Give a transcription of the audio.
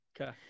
Okay